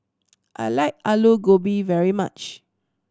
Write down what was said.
I like Alu Gobi very much